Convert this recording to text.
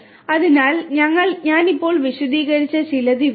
അതിനാൽ ഞാൻ ഇപ്പോൾ വിശദീകരിച്ച ചിലത് ഇവയാണ്